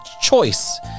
choice